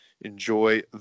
Enjoy